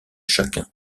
chacun